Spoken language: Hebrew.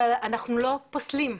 אבל אנחנו לא פוסלים.